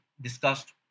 discussed